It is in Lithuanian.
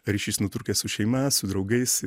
ryšys nutrūkęs su šeima su draugais